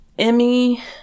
Emmy